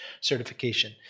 certification